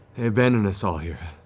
abandoned us all here.